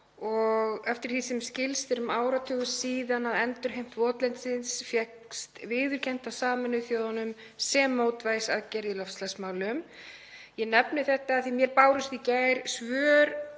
Eftir því sem mér skilst er um áratugur síðan endurheimt votlendis fékkst viðurkennd af Sameinuðu þjóðunum sem mótvægisaðgerð í loftslagsmálum. Ég nefni þetta því mér bárust í gær svör